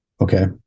Okay